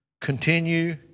Continue